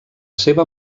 seva